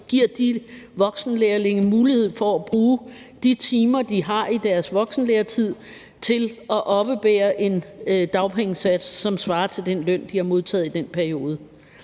giver de voksenlærlinge mulighed for at bruge de timer, de har i deres voksenlæretid, til at oppebære en dagpengesats, som svarer til den løn, de har modtaget den periode.